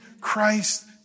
Christ